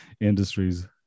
industries